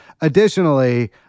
additionally